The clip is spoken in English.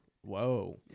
whoa